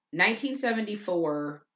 1974